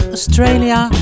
Australia